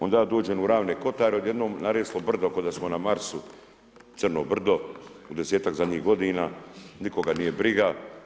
Onda ja dođem u Ravni kotare i odjednom naraslo brdo ko da smo na Marsu, crno brdo u 10-tak zadnjih godina, nikoga nije briga.